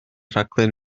rhaglen